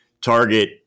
target